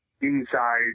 inside